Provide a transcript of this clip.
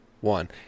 one